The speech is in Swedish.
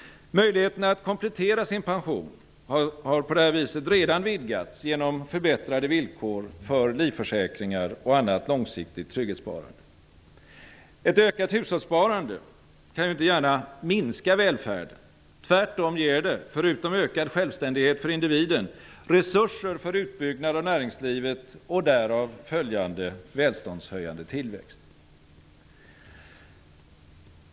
Möjligheterna att komplettera sin pension har redan vidgats genom förbättrade villkor för livförsäkringar och annat långsiktigt trygghetssparande. Ett ökat hushållssparande kan ju inte gärna minska välfärden tvärtom ger det, förutom ökad självständighet för individen, resurser för utbyggnad av näringslivet och därav följande välståndshöjande tillväxt.